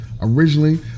Originally